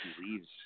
leaves –